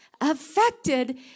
affected